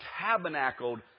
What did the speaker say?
tabernacled